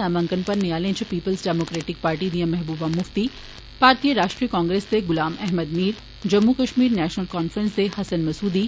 नामांकन भरने आह्लें च पीपल्स डेमोक्रेटिक पार्टी दियां महबूबा मुफ्ती भारतीय राष्ट्रीय कांग्रेस दे गुलाम अहमद मीर जम्मू कश्मीर नेशनल काफ्रेंस दे हसनैन मसूदी